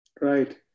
Right